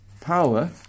power